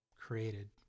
created